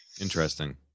Interesting